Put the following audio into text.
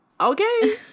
okay